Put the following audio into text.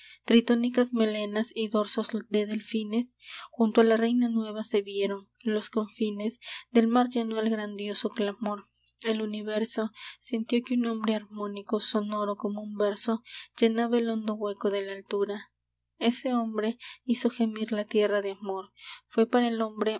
tritónicas melenas y dorsos de delfines junto a la reina nueva se vieron los confines del mar llenó el grandioso clamor el universo sintió que un hombre harmónico sonoro como un verso llenaba el hondo hueco de la altura ese hombre hizo gemir la tierra de amor fué para el hombre